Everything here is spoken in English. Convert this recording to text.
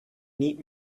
need